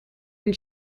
and